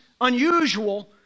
unusual